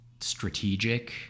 strategic